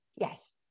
yes